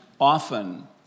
often